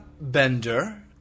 Bender